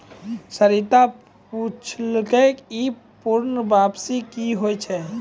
सरिता पुछलकै ई पूर्ण वापसी कि होय छै?